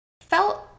felt